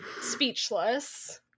speechless